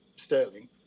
Sterling